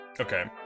Okay